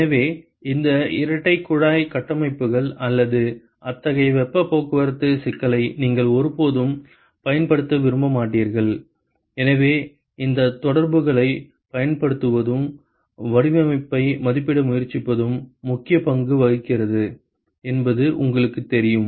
எனவே இந்த இரட்டைக் குழாய் கட்டமைப்புகள் அல்லது அத்தகைய வெப்பப் போக்குவரத்துச் சிக்கலை நீங்கள் ஒருபோதும் பயன்படுத்த விரும்ப மாட்டீர்கள் எனவே இந்த தொடர்புகளைப் பயன்படுத்துவதும் வடிவமைப்பை மதிப்பிட முயற்சிப்பதும் முக்கியப் பங்கு வகிக்கிறது என்பது உங்களுக்குத் தெரியும்